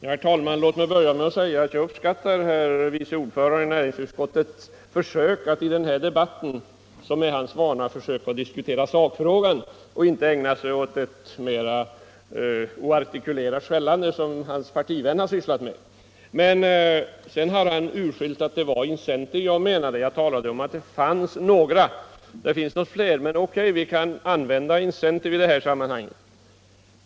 Herr talman! Låt mig börja med att säga att jag uppskattar herr vice ordförandens i näringsutskottet försök i denna debatt att, som är hans vana, diskutera sakfrågan och inte ägna sig åt ett mera oartikulerat skällande, som hans partivän har sysslat med. Utskottets vice ordförande sade emellertid att han urskiljt att det var Incentive som jag talade om. Det finns nog fler liknande företag, men låt oss ändå tala om Incentive i detta sammanhang.